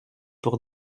pour